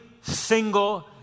single